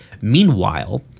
Meanwhile